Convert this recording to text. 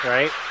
Right